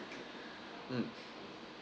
mm